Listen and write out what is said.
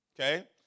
Okay